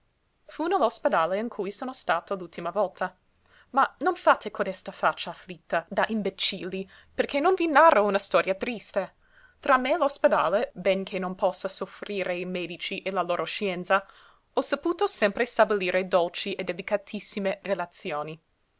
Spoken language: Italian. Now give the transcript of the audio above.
eccomi qua fu nell'ospedale in cui sono stato l'ultima volta ma non fate codesta faccia afflitta da imbecilli perché non vi narro una storia triste tra me e l'ospedale benché non possa soffrire i medici e la loro scienza ho saputo sempre stabilire dolci e delicatissime relazioni